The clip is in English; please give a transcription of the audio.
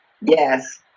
Yes